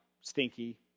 stinky